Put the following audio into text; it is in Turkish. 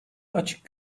açık